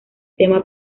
tema